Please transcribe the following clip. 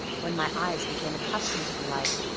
when my eyes became accustomed to the light,